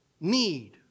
need